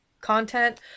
content